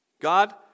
God